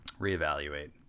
reevaluate